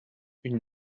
une